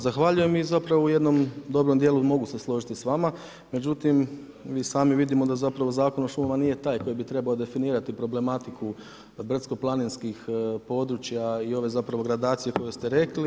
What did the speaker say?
Zahvaljujem i zapravo u jednom dobrom djelu mogu se složiti s vama, međutim mi sami vidimo da Zakon o šumama nije taj koji bi trebao definirati problematiku brdsko-planinskih područja i ove gradacije koje ste rekli.